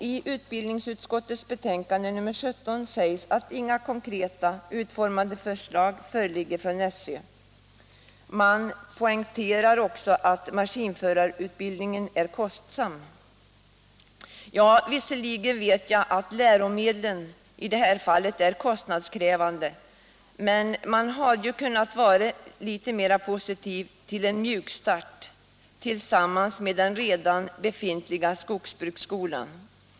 I utbildningsutskottets betänkande nr 17 sägs att några konkret utformade förslag inte föreligger från SÖ. Man poängterar också att maskinförarutbildningen är kostsam. Visserligen vet jag att ”läromedlen” i det här fallet är kostnadskrävande, men man hade ändå kunnat vara litet mer positiv till en mjukstart tillsammans med den redan befintliga skogsbruksskolan.